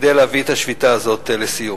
כדי להביא את השביתה הזאת לסיום.